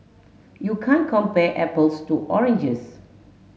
you can't compare apples to oranges